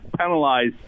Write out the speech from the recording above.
penalized